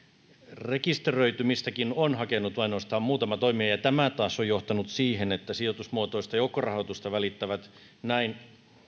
rekisteröitymistäkin on hakenut ainoastaan muutama toimija ja tämä taas on johtanut siihen että sijoitusmuotoista joukkorahoitusta välittävät näin